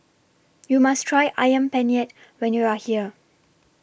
YOU must Try Ayam Penyet when YOU Are here